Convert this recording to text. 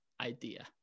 idea